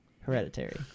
hereditary